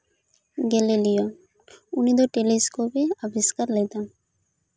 Galileo ᱩᱱᱤ ᱫᱚ telescope ᱮ ᱟᱵᱤᱥᱠᱟᱨ ᱞᱮᱫᱟ